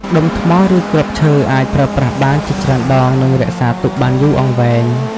ដុំថ្ម ឬគ្រាប់ឈើអាចប្រើប្រាស់បានជាច្រើនដង និងរក្សាទុកបានយូរអង្វែង។